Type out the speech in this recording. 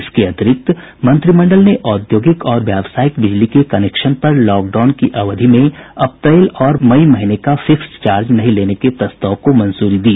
इसके अतिरिक्त मंत्रिमंडल ने औद्योगिक और व्यावसायिक बिजली के कनेक्शन पर लॉकडाउन की अवधि में अप्रैल और मई महीने का फिक्स्ड चार्ज नहीं लेने के प्रस्ताव को भी मंजूरी दी